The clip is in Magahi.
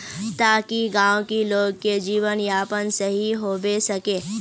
ताकि गाँव की लोग के जीवन यापन सही होबे सके?